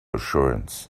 assurance